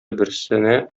берсенә